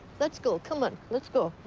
let's go. come on. let's go.